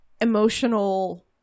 emotional